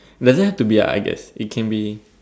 doesn't have to be a ideas it can be